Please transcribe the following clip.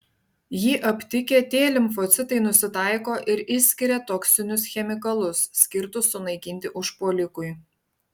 jį aptikę t limfocitai nusitaiko ir išskiria toksinius chemikalus skirtus sunaikinti užpuolikui